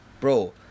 Bro